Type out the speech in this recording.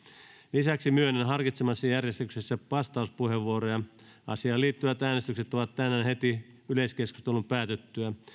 lisäksi myönnän harkitsemassani järjestyksessä vastauspuheenvuoroja asiaan liittyvät äänestykset ovat tänään heti yleiskeskustelun päätyttyä